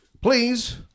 Please